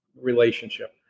relationship